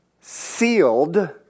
sealed